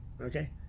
okay